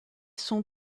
sont